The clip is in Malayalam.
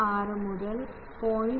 96 മുതൽ 0